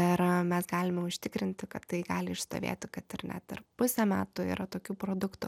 ir mes galime užtikrinti kad tai gali išstovėti kad ir net ir pusę metų yra tokių produktų